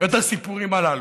את הסיפורים הללו.